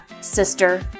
sister